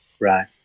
Right